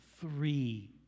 three